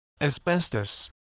asbestos